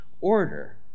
order